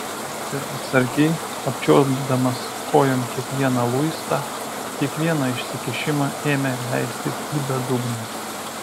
ir atsargiai apčiuopdamas kojom kiekvieną luistą kiekvieną išsikišimą ėmė leistis į bedugnę